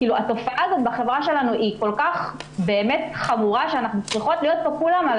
התופעה הזאת בחברה שלנו כל כך חמורה ואנחנו צריכות להיות כולנו על